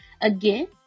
Again